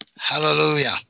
hallelujah